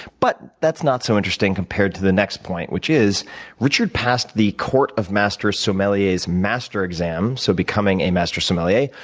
but that's not so interesting compared to the next point, which is richard passed the court of master sommelier's master exam, so becoming a master sommelier,